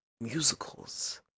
Musicals